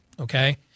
Okay